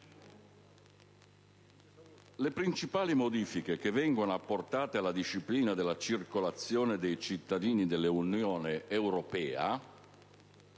le principali modifiche apportate alla disciplina della circolazione dei cittadini dell'Unione europea